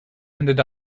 ended